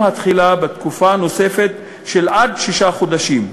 התחילה בתקופה נוספת של עד שישה חודשים.